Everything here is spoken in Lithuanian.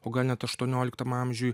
o gal net aštuonioliktam amžiuj